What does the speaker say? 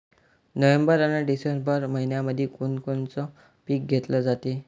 November अन December मइन्यामंधी कोण कोनचं पीक घेतलं जाते?